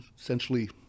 essentially